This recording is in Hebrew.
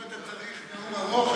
אם אתה צריך נאום ארוך,